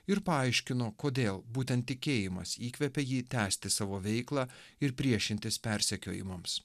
ir paaiškino kodėl būtent tikėjimas įkvepia jį tęsti savo veiklą ir priešintis persekiojimams